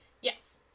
Yes